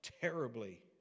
terribly